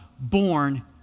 born